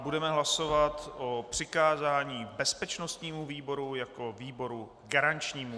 Budeme hlasovat o přikázání bezpečnostnímu výboru jako výboru garančnímu.